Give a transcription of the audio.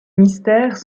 mystères